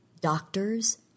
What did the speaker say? Doctors